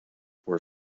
were